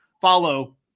follow